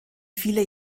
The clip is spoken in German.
viele